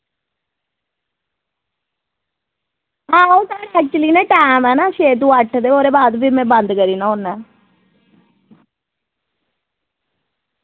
हां ओ साढ़ा एक्चुअली ना टैम ऐ ना छे टू अट्ठ ते ओह्दे बाद फ्ही मैं बंद करी ना होना ऐं